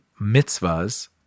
mitzvahs